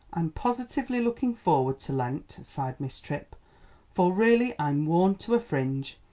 i'm positively looking forward to lent, sighed miss tripp for really i'm worn to a fringe,